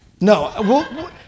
no